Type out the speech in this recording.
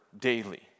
daily